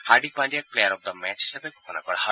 হাৰ্দিক পাণ্ডিয়াক player of the match হিচাপে ঘোষণা কৰা হয়